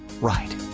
right